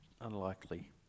Unlikely